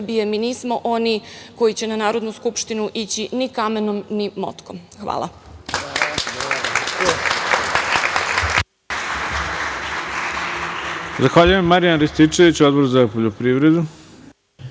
Srbije. Mi nismo oni koji će na Narodnu skupštinu ići ni kamenom, ni motkom. Hvala.